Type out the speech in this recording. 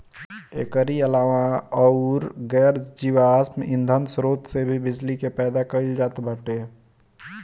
एकरी अलावा अउर गैर जीवाश्म ईधन स्रोत से भी बिजली के पैदा कईल जात बाटे